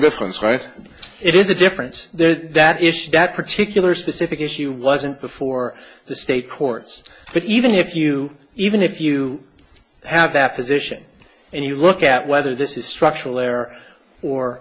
this man's right it is a difference there that issue that particular specific issue wasn't before the state courts but even if you even if you have that position and you look at whether this is structural